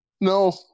No